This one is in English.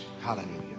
Hallelujah